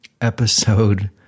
episode